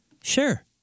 Sure